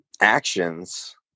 actions